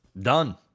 Done